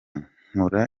nkora